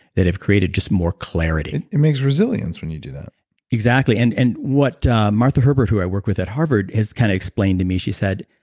that have created just more clarity it makes resilience when you do that exactly. and and what martha herbert, who i work with at harvard, kind of explained to me, she says,